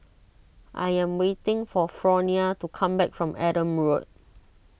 I am waiting for Fronia to come back from Adam Road